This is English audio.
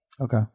Okay